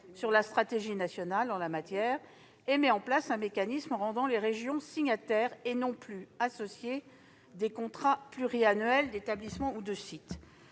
sur la stratégie nationale en la matière, et met en place un mécanisme rendant les régions signataires, et non plus associées, des contrats pluriannuels d'établissement ou de site.